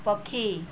ପକ୍ଷୀ